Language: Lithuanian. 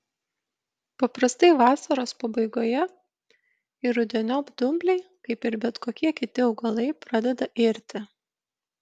paprastai vasaros pabaigoje ir rudeniop dumbliai kaip ir bet kokie kiti augalai pradeda irti